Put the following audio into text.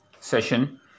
session